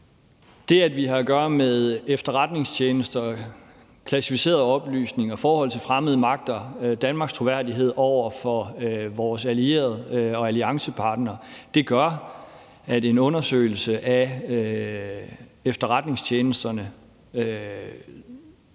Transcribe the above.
Det, at vi har at gøre med efterretningstjenester, klassificerede oplysninger, forhold til fremmede magter og Danmarks troværdighed over for vores allierede og alliancepartnere, gør, at en undersøgelse af efterretningstjenesterne jo